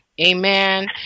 Amen